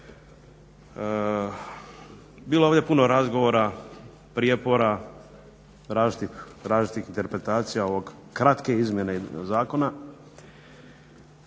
Bilo je ovdje puno razgovora, prijepora, različitih interpretacija ove kratke izmjene zakona,